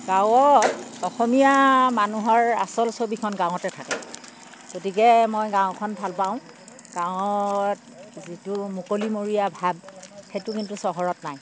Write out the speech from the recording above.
গাঁৱত অসমীয়া মানুহৰ আচল ছবিখন গাঁৱতে থাকে গতিকে মই গাঁওখন ভাল পাওঁ গাঁৱৰ যিটো মুকলিমূৰীয়া ভাৱ সেইটো কিন্তু চহৰত নাই